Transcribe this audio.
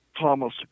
Thomas